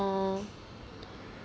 uh